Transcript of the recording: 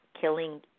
killing